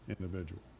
individual